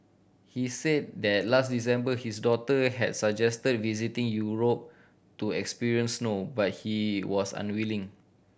he said that last December his daughter has suggested visiting Europe to experience snow but he was unwilling